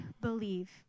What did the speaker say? believe